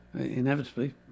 inevitably